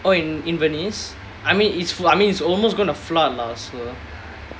oh in in venice I mean it's full I mean it's almost going to flood lah so